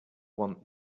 want